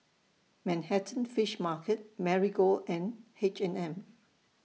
Manhattan Fish Market Marigold and H and M